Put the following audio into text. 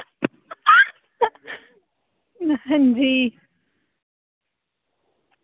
हां जी